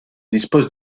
dispose